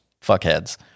fuckheads